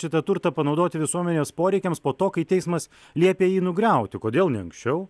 šitą turtą panaudoti visuomenės poreikiams po to kai teismas liepė jį nugriauti kodėl ne anksčiau